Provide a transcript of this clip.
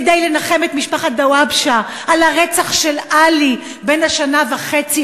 כדי לנחם את משפחת דוואבשה על הרצח של עלי בן השנה וחצי,